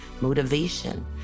motivation